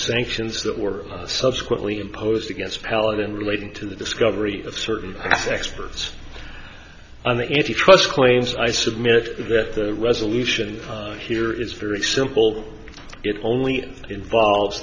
sanctions that were subsequently imposed against palin and relating to the discovery of certain past experts on the if you trust claims i submit that the resolution here is very simple it only involves